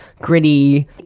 gritty